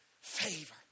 favor